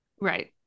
Right